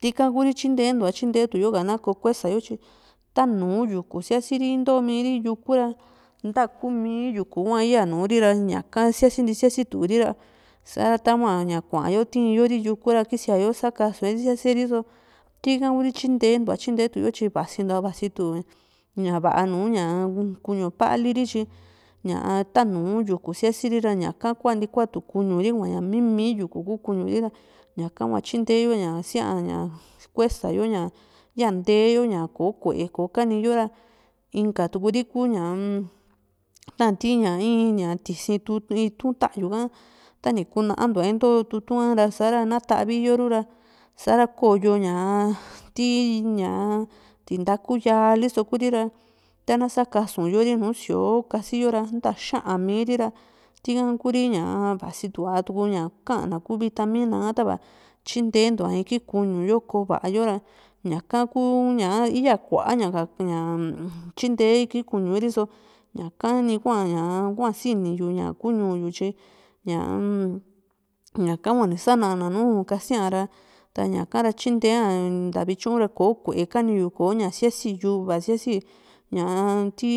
ti´ka Kuri tyntentuva tyintetu yo ka na ko kuesayo tyi tanu yuku síasiri intomiri yuku ra ntaku mi yuku hua yaa nurira ñaka síasinti siasituri ra sa´ra tahua ña kuayó tiiyo ri yuku ra kisíayo sakasuyori siaseri so tika Kuri tyimtentua tyintee tuyo tyi vasintua vasitu ña vaa nuña´n kuñu pali ri tyi tanu so nu yuku siasiri so ñaka kuanti kuatu kuñuri kuaña mimí yuku ku kuñuri ra ñaka kua tyinte yo ña síaña kuesa yo ña yaa ntee yo ñako kue ko kani yo ra inka tuuri ku´ña ta ti´ña iín ña in tisi tu itu ta´yu ka tani kunantua into tutu kara sa´ra na taviyoru ra sa´ra koyo ñaa tii ñaa tindaku yaa liso Kuri ra tana sakasuyo ri nu sío kasi yo ra ta xa´an miri ra tika Kuri vasintua tuku ña ka´na ku vitamina tava tyintentua iki kuñu yo koo va´a yora ñaka uu ña iya kuaa ka ña mm tyinte iki kuñué riso ñaka nihua ña siniyu ña kuu ñuu tyi ñaa-m ñaka hua ni sanan nù´u kasía ra taña kara tyintea nta vityu ra koo kuee kani yu ko´ña síasi yuva síasi ñaa- m ti